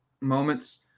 moments